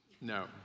No